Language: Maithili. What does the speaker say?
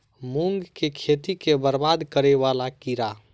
मूंग की खेती केँ बरबाद करे वला कीड़ा?